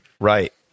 Right